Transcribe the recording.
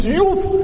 youth